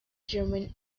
german